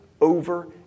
over